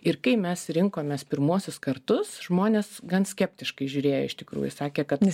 ir kai mes rinkomės pirmuosius kartus žmonės gan skeptiškai žiūrėjo iš tikrųjų sakė kad